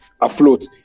afloat